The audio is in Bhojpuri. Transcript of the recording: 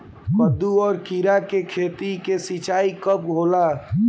कदु और किरा के खेती में सिंचाई कब होला?